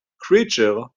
creature